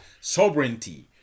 sovereignty